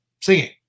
singing